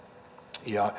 ja